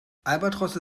albatrosse